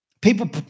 People